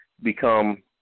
become –